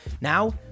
Now